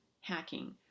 hacking